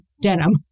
denim